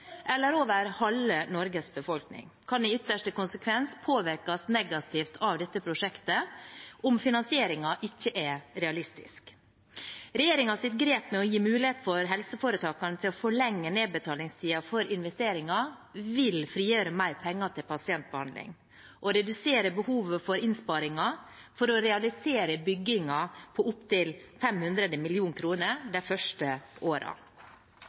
eller over halve Norges befolkning, kan i ytterste konsekvens påvirkes negativt av dette prosjektet om finansieringen ikke er realistisk. Regjeringens grep med å gi mulighet for helseforetakene til å forlenge nedbetalingstiden for investeringer vil frigjøre mer penger til pasientbehandling og redusere behovet for innsparinger for å realisere byggingen på opp til 500 mill. kr de første